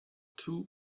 two